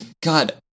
God